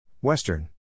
Western